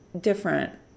different